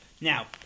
Now